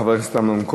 חבר הכנסת אמנון כהן.